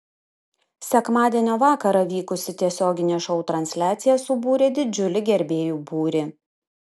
sekmadienio vakarą vykusi tiesioginė šou transliacija subūrė didžiulį gerbėjų būrį